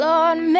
Lord